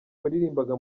waririmbaga